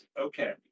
Okay